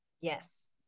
Yes